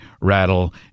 rattle